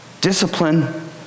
Discipline